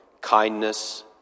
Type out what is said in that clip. kindness